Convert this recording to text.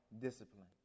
discipline